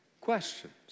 questions